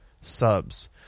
subs